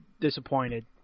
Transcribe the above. disappointed